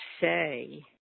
say